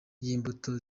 y’imbuto